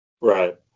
right